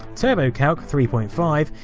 turbocalc three point five,